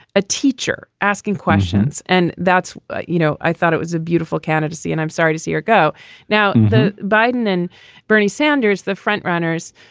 a teacher asking questions. and that's you know, i thought it was a beautiful candidacy. and i'm sorry to see her go now. biden and bernie sanders, the front runners.